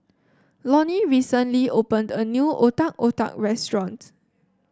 Lonnie recently opened a new Otak Otak restaurant